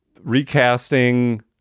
recasting